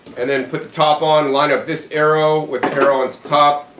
and then put the top on, line up this arrow with the arrow at the top.